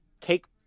take